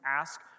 ask